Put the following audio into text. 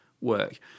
work